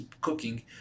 cooking